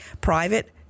private